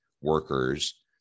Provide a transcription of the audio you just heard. workers